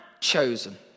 chosen